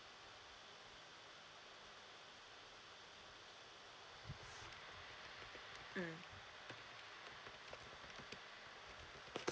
mm